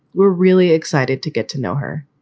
we're really excited to get to know her.